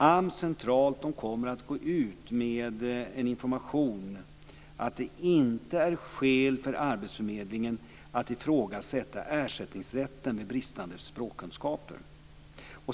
AMS kommer centralt att gå ut med en information om att det inte finns skäl för arbetsförmedlingen att ifrågasätta ersättningsrätten vid bristande språkkunskaper.